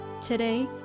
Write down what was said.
Today